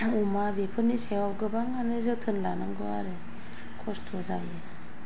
अमा बेफोरनि सायाव गोबाङानो जोथोन लानांगौ आरो खस्थ' जायो